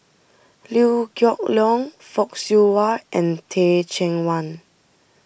Liew Geok Leong Fock Siew Wah and Teh Cheang Wan